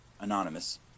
anonymous